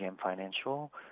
financial